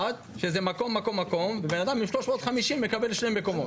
שזה שלושה מקומות ובן אדם עם 350 קולות מקבל רק שני מקומות.